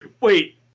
Wait